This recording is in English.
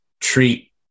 treat